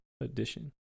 edition